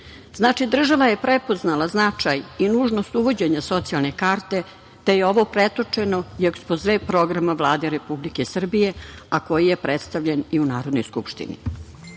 pitanja. Država je prepoznala značaj i nužnost uvođenja socijalne karte, te je ovo pretočeni u ekspoze programa Vlade Republike Srbije, a koji je predstavljen i u Narodnoj skupštini.